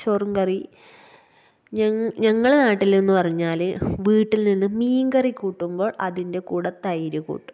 ചോറും കറി ഞങ്ങ് ഞങ്ങളുടെ നാട്ടില് എന്ന് പറഞ്ഞാല് വീട്ടില്നിന്നും മീന്കറി കൂട്ടുമ്പോള് അതിന്റകൂടെ തൈര് കൂട്ടും